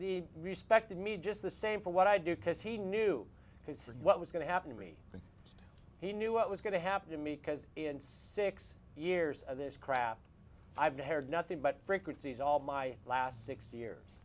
he respected me just the same for what i do because he knew his what was going to happen to me he knew what was going to happen to me because in six years of this crap i've heard nothing but frequencies all my last six years